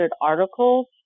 articles